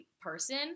person